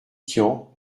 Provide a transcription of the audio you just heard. tian